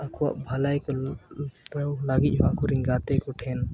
ᱟᱠᱚᱣᱟᱜ ᱵᱷᱟᱹᱞᱟᱹᱭ ᱠᱚ ᱛᱚᱨᱟᱣ ᱞᱟᱹᱜᱤᱫ ᱦᱚᱸ ᱟᱠᱚᱨᱮᱱ ᱜᱟᱛᱮ ᱠᱚᱴᱷᱮᱱ